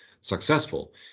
successful